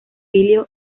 píleo